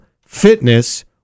fitness